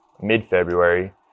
mid-February